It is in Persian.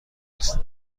است